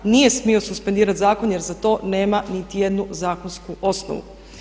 Nije smio suspendirati zakon jer za to nema niti jednu zakonsku osnovu.